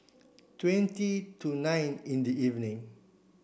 twenty to nine in the evening